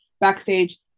backstage